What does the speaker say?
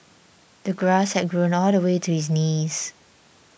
the grass had grown all the way to his knees